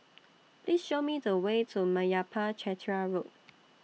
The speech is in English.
Please Show Me The Way to Meyappa Chettiar Road